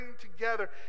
together